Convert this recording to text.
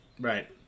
right